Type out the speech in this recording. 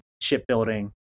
shipbuilding